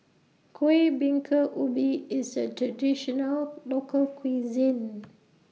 Kueh Bingka Ubi IS A Traditional Local Cuisine